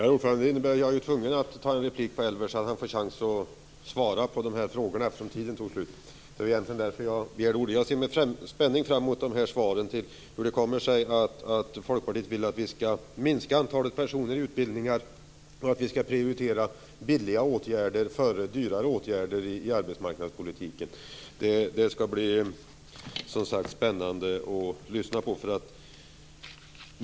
Fru talman! Jag är då tvungen att gå upp i replik på Elver, så att han får chans att svara på mina frågor. Det var egentligen därför jag begärde ordet. Jag ser med spänning fram emot svaren på hur det kommer sig att Folkpartiet vill att vi skall minska antalet personer i utbildningar och prioritera billiga åtgärder snarare än dyrare i arbetsmarknadspolitiken. Det skall som sagt bli spännande att lyssna på hans svar.